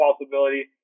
possibility